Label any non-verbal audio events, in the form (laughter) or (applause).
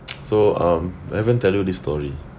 (noise) so um I haven't tell you this story